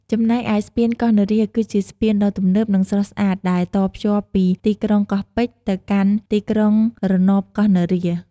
ចំណែកឯស្ពានកោះនរា គឺជាស្ពានដ៏ទំនើប និងស្រស់ស្អាតដែលតភ្ជាប់ពីទីក្រុងកោះពេជ្រទៅកាន់ទីក្រុងរណបកោះនរា។